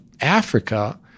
Africa